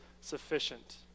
sufficient